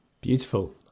Beautiful